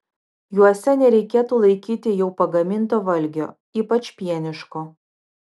juose nereikėtų laikyti jau pagaminto valgio ypač pieniško